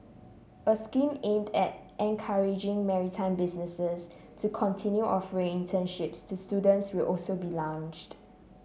a scheme aimed at encouraging maritime businesses to continue offering internships to students will also be launched